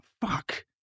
fuck